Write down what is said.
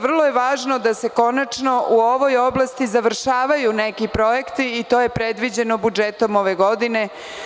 Vrlo je važno da se konačno u ovoj oblasti završavaju neki projekti i to je predviđeno budžetom ove godine.